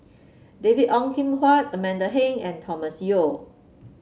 David Ong Kim Huat Amanda Heng and Thomas Yeo